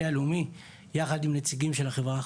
הלאומי יחד עם הנציגים של החברה החרדית.